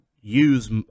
use